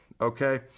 Okay